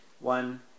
one